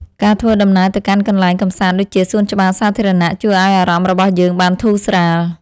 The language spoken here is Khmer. ការធ្វើដំណើរទៅកាន់កន្លែងកម្សាន្តដូចជាសួនច្បារសាធារណៈជួយឱ្យអារម្មណ៍របស់យើងបានធូរស្រាល។